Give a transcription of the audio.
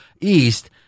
East